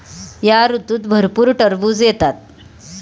या ऋतूत भरपूर टरबूज येतात